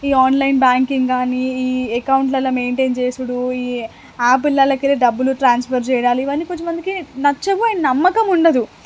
ఈ online banking గానీ ఈ యకౌంట్లలో మెయింటైన్ చేసుడు ఈ యాప్లలోకెళ్ళి డబ్బులు ట్రాన్స్ఫర్ చేయడాలు ఇవన్నీ కొంచెంమందికి ఇది నచ్చదు అండ్ నమ్మకముండదు